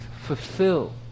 fulfill